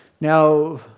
Now